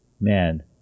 Man